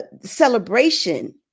celebration